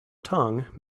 tongue